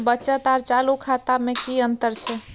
बचत आर चालू खाता में कि अतंर छै?